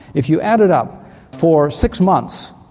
if you add it up for six months,